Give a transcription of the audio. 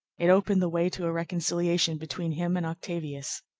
it opened the way to a reconciliation between him and octavius.